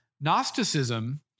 Gnosticism